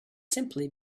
simply